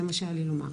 זה מה שהיה לי לומר,